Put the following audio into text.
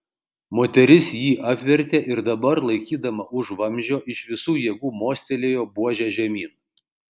moteris jį apvertė ir dabar laikydama už vamzdžio iš visų jėgų mostelėjo buože žemyn